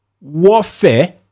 warfare